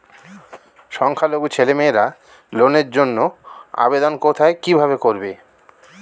সংখ্যালঘু ছেলেমেয়েরা লোনের জন্য আবেদন কোথায় কিভাবে করবে?